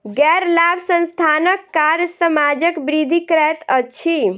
गैर लाभ संस्थानक कार्य समाजक वृद्धि करैत अछि